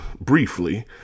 briefly